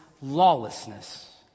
lawlessness